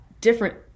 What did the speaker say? different